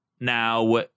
Now